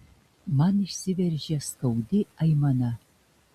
man išsiveržia skaudi aimana